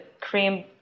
cream